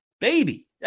baby